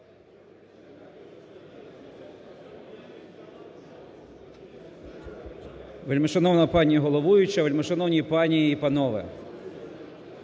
Вельмишановна пані головуюча, вельмишановні пані і панове!